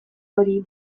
hori